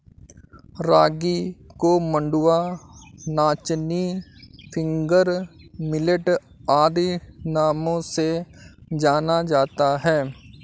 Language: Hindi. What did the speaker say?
रागी को मंडुआ नाचनी फिंगर मिलेट आदि नामों से जाना जाता है